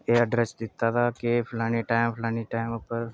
एह् एड्रैस दित्ते दा कि फालने टैम फलाने टैम उप्पर